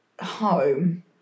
home